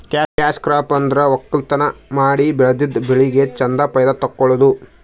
cash crop ಅಂದ್ರ ವಕ್ಕಲತನ್ ಮಾಡಿ ಬೆಳದಿದ್ದ್ ಬೆಳಿಗ್ ಚಂದ್ ಫೈದಾ ತಕ್ಕೊಳದು